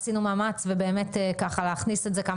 עשינו מאמץ באמת להכניס את זה ככה,